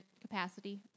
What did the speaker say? capacity